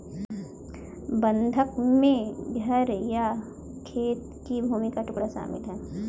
बंधक में घर या खेत की भूमि का टुकड़ा शामिल है